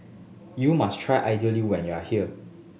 you must try Idly when you are here